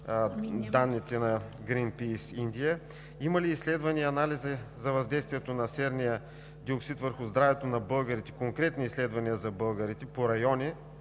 данните на „Грийнпийс“ – Индия, има ли изследвания и анализи за въздействието на серния диоксид върху здравето на българите, конкретни изследвания за българите по райони